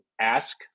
ask